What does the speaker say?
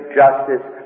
justice